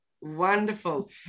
wonderful